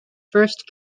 first